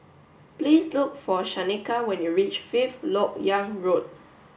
please look for Shaneka when you reach Fifth Lok Yang Road